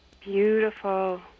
Beautiful